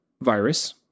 virus